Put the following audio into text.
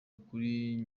ukuri